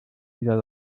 wieder